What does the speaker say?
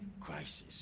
crisis